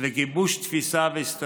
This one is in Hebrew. אני דורש להחזיר מייד את קווי התחבורה